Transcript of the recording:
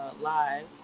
live